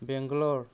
Bangalore